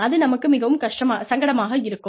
அது நமக்கு மிகவும் சங்கடமாக இருக்கும்